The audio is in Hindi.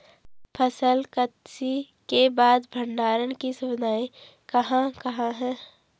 फसल कत्सी के बाद भंडारण की सुविधाएं कहाँ कहाँ हैं?